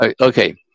okay